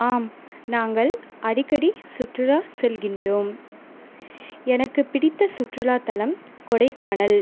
ஆம் நாங்கள் அடிக்கடி சுற்றுலா செல்கின்றோம் எனக்கு பிடித்த சுற்றுலாதளம் கொடைக்கானல்